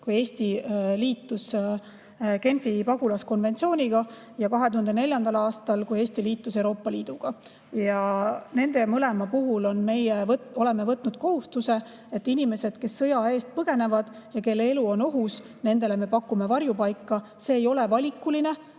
kui Eesti liitus Genfi pagulaskonventsiooniga, ja ka 2004. aastal, kui Eesti liitus Euroopa Liiduga. Nende mõlema [konventsiooni] puhul oleme me võtnud kohustuse, et inimestele, kes sõja eest põgenevad ja kelle elu on ohus, me pakume varjupaika. See ei ole valikuline.